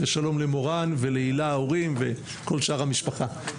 ושלום למורן ולהילה ההורים, וכל שאר המשפחה.